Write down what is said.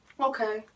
okay